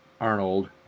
Arnold